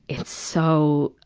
if so,